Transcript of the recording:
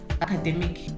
academic